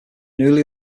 newly